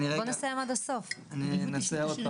זה קודם כל